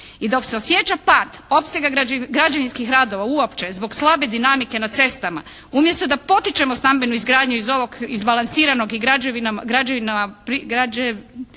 i dok se osjeća pad opsega građevinskih radova uopće zbog slabe dinamike na cestama umjesto da potičemo stambenu izgradnju iz ovog izbalansiranog i građanima pristupačnog